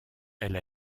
elle